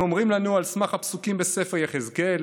הם אומרים לנו על סמך הפסוקים בספר יחזקאל,